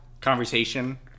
conversation